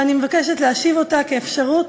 ואני מבקשת להשיב אותה כאפשרות